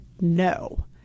no